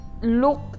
Look